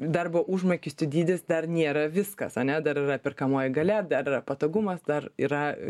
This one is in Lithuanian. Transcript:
darbo užmokesčio dydis dar nėra viskas ane dar yra perkamoji galia dar patogumas dar yra